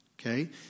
Okay